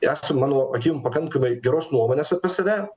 esam mano akimi pakankamai geros nuomonės apie save